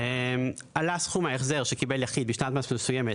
עלה סכום ההחזר שקיבל יחיד בשנת מס מסוימת